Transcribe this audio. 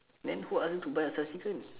then who ask you to buy extra chicken